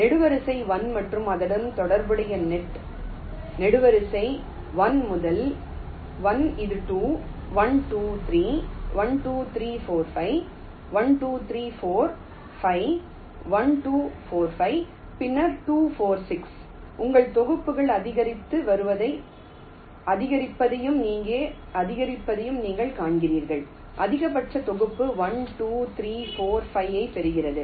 நெடுவரிசை 1 மற்றும் அதனுடன் தொடர்புடைய செட் நெடுவரிசை 1 இது 2 1 2 3 1 2 3 4 5 1 2 3 4 5 1 2 4 5 பின்னர் 2 4 6 உங்கள் தொகுப்புகள் அதிகரித்து வருவதையும் அதிகரிப்பதையும் இங்கே அதிகரிப்பதையும் நீங்கள் காண்கிறீர்கள் அதிகபட்ச தொகுப்பு 1 2 3 4 5 ஐப் பெறுகிறது